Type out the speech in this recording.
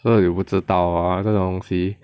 我也不知道 lah 这种东西